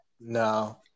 No